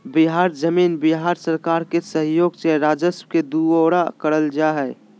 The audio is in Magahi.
बिहार जमीन बिहार सरकार के सहइोग से राजस्व के दुऔरा करल जा हइ